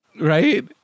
right